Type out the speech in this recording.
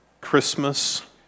Christmas